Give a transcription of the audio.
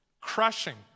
crushing